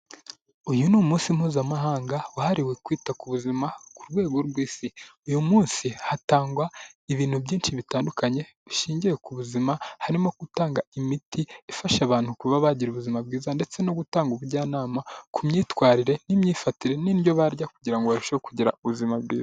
Uyu ni umunsi mpuzamahanga wahariwe kwita ku buzima ku rwego rw'isi, uyu munsi hatangwa ibintu byinshi bitandukanye bishingiye ku buzima, harimo gutanga imiti ifasha abantu kuba bagira ubuzima bwiza ndetse no gutanga ubujyanama ku myitwarire n'imyifatire n'indyo barya kugira ngo barusheho kugira ubuzima bwiza.